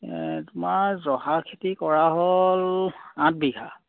তোমাৰ জহা খেতি কৰা হ'ল আঠ বিঘা